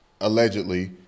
allegedly